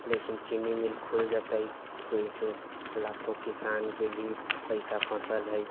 लेकिन चीनी मिल खुल जेतै तऽ एहिसँ लाखों किसानके भी पैसा फँसल है